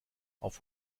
auf